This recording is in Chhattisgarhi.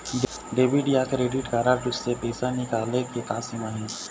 डेबिट या क्रेडिट कारड से पैसा निकाले के का सीमा हे?